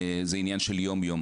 יום.